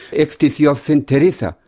ecstasy of saint teresa,